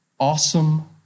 Awesome